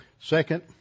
Second